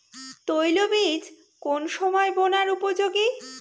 তৈল বীজ কোন সময় বোনার উপযোগী?